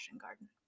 garden